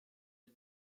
are